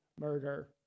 murder